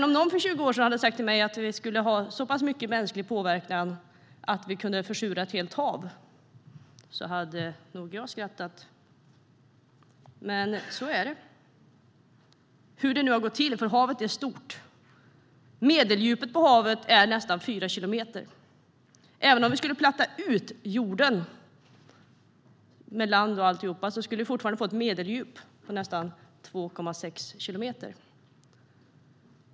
Om någon för 20 år sedan hade sagt till mig att vi skulle ha så pass mycket mänsklig påverkan att vi kunde försura ett helt hav hade jag nog skrattat, men så är det. Hur det nu har gått till, för havet är stort. Medeldjupet på havet är nästan fyra kilometer. Även om vi skulle platta ut jorden med land och alltihop skulle vi fortfarande få ett medeldjup på nästan 2,6 kilometer.